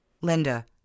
Linda